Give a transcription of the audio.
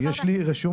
בוודאי, יש לי רשומות.